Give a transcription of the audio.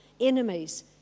enemies